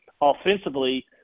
offensively